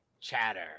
chatter